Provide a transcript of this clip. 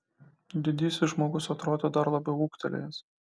didysis žmogus atrodė dar labiau ūgtelėjęs